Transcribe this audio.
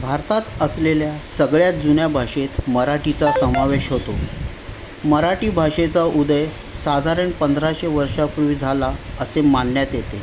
भारतात असलेल्या सगळ्यात जुन्या भाषेत मराठीचा समावेश होतो मराठी भाषेचा उदय साधारण पंधराशे वर्षापूर्वी झाला असे मानण्यात येते